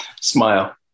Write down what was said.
Smile